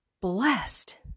blessed